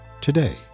today